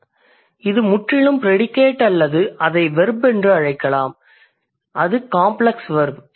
FL இது முற்றிலும் predicate அல்லது அதை வெர்ப் என்று அழைக்கலாம் அது காம்ப்ளக்ஸ் வெர்ப்